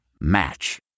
Match